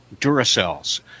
Duracells